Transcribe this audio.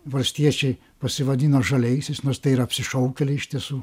valstiečiai pasivadino žaliaisiais nors tai yra apsišaukėliai iš tiesų